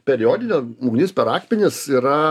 periodinio ugnis per akmenis yra